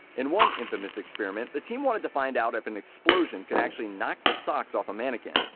in one infamous experiment, the team wanted to find out if an explosion could actually knock the socks off a mannequin.